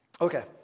Okay